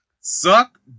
Suck